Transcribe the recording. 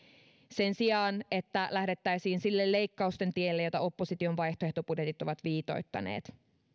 sen sijaan että lähdettäisiin sille leikkausten tielle jota opposition vaihtoehtobudjetit ovat viitoittaneet